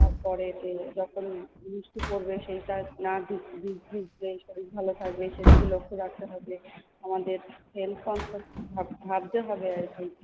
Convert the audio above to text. তারপরেতে যখন বৃষ্টি পরবে সেইটায় না ভিজলে শরীর ভালো থাকবে সেদিকে লক্ষ্য রাখতে হবে আমাদের হেলথ কনসাস থাকতে হবে আরকি